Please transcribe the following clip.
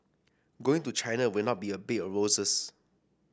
going to China will not be a bed of roses